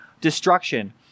destruction